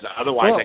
otherwise